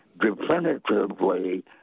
definitively